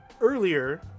Earlier